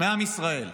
מעם ישראל.